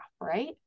Right